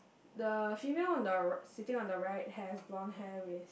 the female on the r~ sitting on the right has blonde hair with